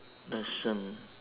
lesson